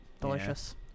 delicious